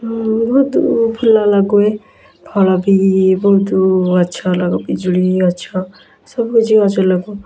ମୁଁ ବହୁତୁ ଫୁଲ ଲଗାଏ ଫଳ ବି ବହୁତୁ ଗଛ ଲଗ ପିଜୁଳି ଗଛ ସବୁଜ ଗଛ ଲଗାଉ